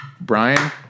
Brian